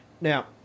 Now